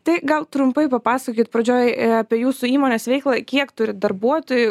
tai gal trumpai papasakokit pradžioj apie jūsų įmonės veiklą kiek turit darbuotojų